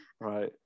Right